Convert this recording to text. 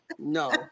No